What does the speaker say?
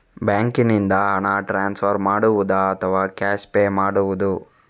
ಬ್ಯಾಂಕಿನಿಂದ ಹಣ ಟ್ರಾನ್ಸ್ಫರ್ ಮಾಡುವುದ ಅಥವಾ ಕ್ಯಾಶ್ ಪೇ ಮಾಡುವುದು?